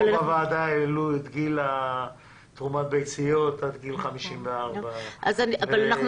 פה בוועדה העלו את גיל תרומת ביציות עד גיל 54. אבל אנחנו